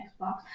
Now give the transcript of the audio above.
xbox